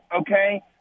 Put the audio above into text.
okay